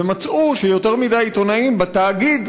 ומצאו שיותר מדי עיתונאים בתאגיד,